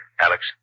Alex